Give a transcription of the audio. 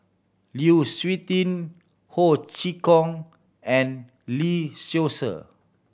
Lu Suitin Ho Chee Kong and Lee Seow Ser